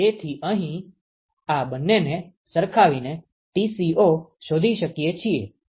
તેથી અહીં આ બંનેને સરખાવીને Tco શોધી શકીએ છીએ